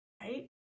right